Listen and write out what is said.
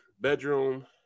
bedroom